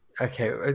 Okay